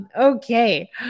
Okay